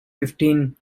fifteen